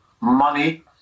money